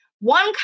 One